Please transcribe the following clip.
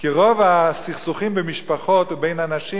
כי רוב הסכסוכים במשפחות ובין אנשים